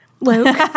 Luke